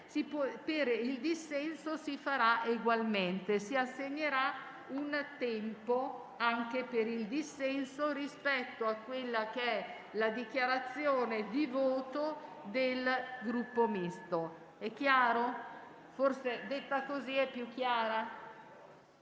per il dissenso si farà egualmente. Si assegnerà un tempo anche per il dissenso rispetto a quella che è la dichiarazione di voto del Gruppo Misto. È chiaro? Forse detto in questo